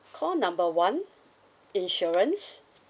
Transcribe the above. call number one insurance